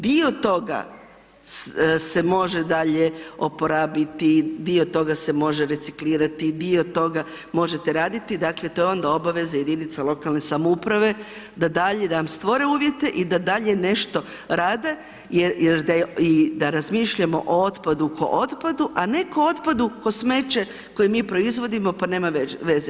Dio toga se može dalje oporabiti, dio toga se može reciklirati, dio toga možete raditi, dakle to je onda obaveza jedinica lokalne samouprave da dalje, da vam stvore uvjete i da dalje nešto rade jer da, i da razmišljamo o otpadu kao otpadu a ne kao otpadu, kao smeće, koje mi proizvodimo pa nema veze.